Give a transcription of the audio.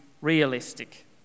realistic